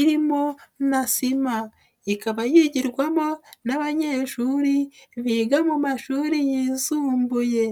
irimo na sima, ikaba yigirwamo n'abanyeshuri biga mu mashuri yisumbuye.